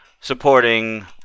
supporting